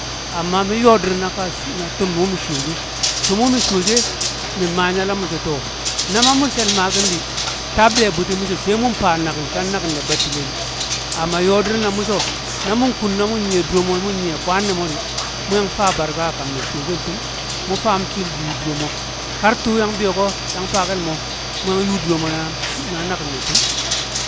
Amma mi̱n yo̱o̱ dir na ka na tum wu mi buwe she̱ tum wu̱ mi shuwo she. nme̱ ngyala mi̱ so̱ to, na ma mu di̱akini, tab de buti mu so̱ sai mu̱n fa naki̱n kan nakin ne buttile di amma yo̱o̱ di̱r na mu̱ so̱, na mu̱n kona mun nyiye̱ dure̱ mo̱ mu̱n nyiye kwar ne̱ modi, mu yang faa barka a kam ne̱ shuwo̱ keltu̱m mi faam she̱ll yuu dure mo, kar tuu yang bi̱yo̱ ko, yang faa kel mo̱ mu yang yau dure̱ mo̱ na nakinne̱ tu̱m